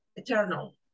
eternal